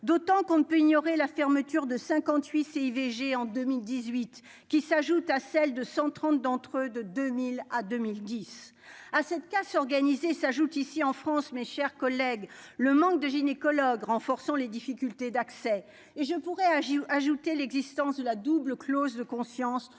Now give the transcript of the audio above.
d'autant qu'on ne peut ignorer la fermeture de 58 s'est IVG en 2018, qui s'ajoute à celle de 130 d'entre eux, de 2000 à 2010 à cette casse organisée, s'ajoute ici en France, mes chers collègues, le manque de gynécologues, renforçant les difficultés d'accès et je pourrai agir ajouter l'existence de la double clause de conscience,